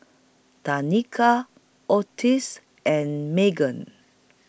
Tanika Otis and Meghann